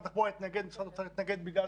התחבורה התנגד ומשרד האוצר התנגד בגלל